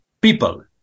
people